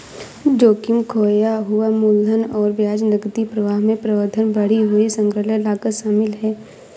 जोखिम, खोया हुआ मूलधन और ब्याज, नकदी प्रवाह में व्यवधान, बढ़ी हुई संग्रह लागत शामिल है